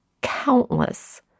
countless